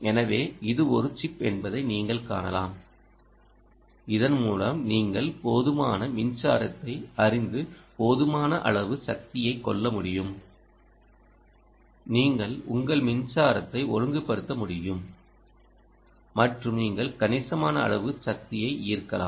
எனவே இது ஒரு சிப் என்பதை நீங்கள் காணலாம் இதன் மூலம் நீங்கள் போதுமான மின்சாரத்தை அறிந்து போதுமான அளவு சக்தியை கொள்ள முடியும் நீங்கள் உங்கள் மின்சாரத்தை ஒழுங்குபடுத்த முடியும் மற்றும் நீங்கள் கணிசமான அளவு சக்தியை ஈர்க்கலாம்